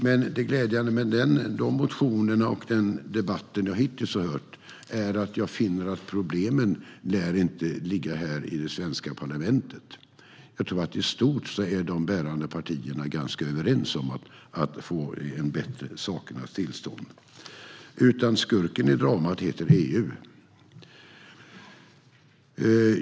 Men det glädjande med de motionerna och den debatt som jag har hört hittills är att jag finner att problemen inte lär ligga i det svenska parlamentet - för i stort tror jag att de bärande partierna är ganska överens om att få en bättre sakernas tillstånd - utan skurken i dramat heter EU.